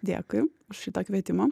dėkui už šitą kvietimą